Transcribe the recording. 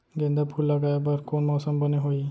गेंदा फूल लगाए बर कोन मौसम बने होही?